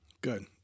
Good